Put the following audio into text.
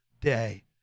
day